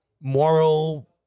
moral